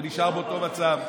זה נשאר באותו מצב.